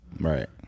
Right